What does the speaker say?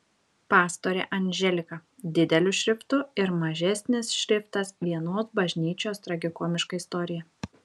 pastorė anželika dideliu šriftu ir mažesnis šriftas vienos bažnyčios tragikomiška istorija